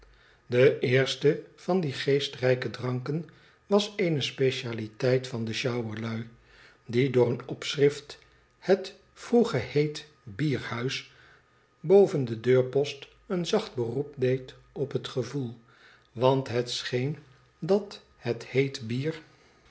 de eerste van die geestrijke dranken was eene specialiteit van de sjouwerlui die door een opschrift het vroegeheet bierhuis boven den deurpost een zacht beroep deed op het gevoel want het scheen dat het heet bier